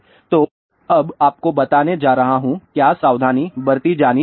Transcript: तो मैं अब आपको बताने जा रहा हूं क्या सावधानी बरती जानी चाहिए